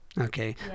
Okay